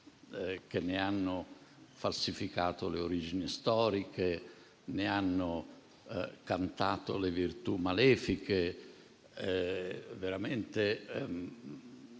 che ne hanno falsificato le origini storiche e cantato le virtù malefiche. Sembrava